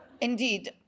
Indeed